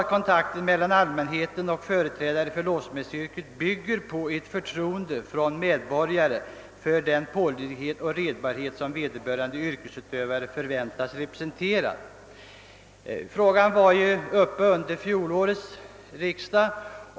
Kontakten mellan allmänheten och företrädare för låssmedsyrket bygger på ett förtroende för den pålitlighet och den redbarhet som vederbörande yrkesutövare förväntas representera. Denna fråga var uppe under fjolårets riksdag.